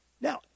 Now